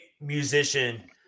musician